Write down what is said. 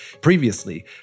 previously